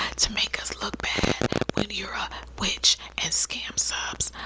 to make us look bad when you're a witch and scam subs?